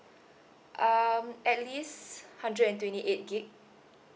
um at least hundred and twenty eight gig